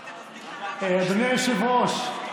אדוני היושב-ראש.